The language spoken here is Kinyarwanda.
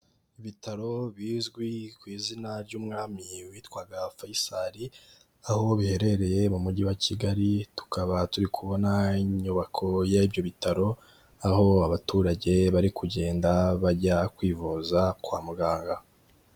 Ibitaro bizwi ku izina ry'umwami witwaga Faisal, aho biherereye mu mujyi wa Kigali, tukaba turi kubona inyubako y'ibyo bitaro, aho abaturage bari kugenda bajya kwivuza kwa muganga.